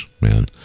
man